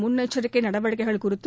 முன்னெச்சரிக்கை நடவடிக்கைகள் குறித்து